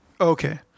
Okay